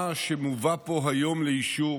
מה שמובא פה היום לאישור